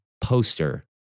poster